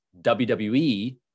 WWE